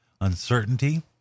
uncertainty